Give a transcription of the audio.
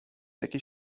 takie